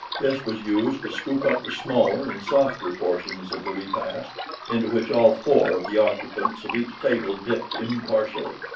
this was used to scoop up the smaller and softer portions of the repast into which all four of the occupants of each table dipped impartially.